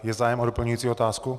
Je zájem o doplňující otázku?